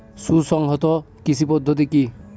সুসংহত কৃষি পদ্ধতি কি?